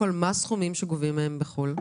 ממה שידוע לכם, מה הסכומים שגובים מהם בחו"ל?